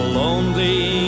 lonely